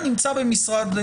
כן או